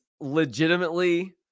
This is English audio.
legitimately